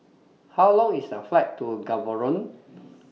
How Long IS The Flight to Gaborone